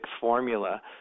formula